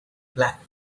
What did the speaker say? black